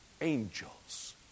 angels